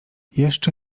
jeszcze